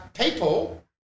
people